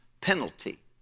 penalty